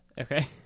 Okay